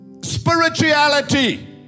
spirituality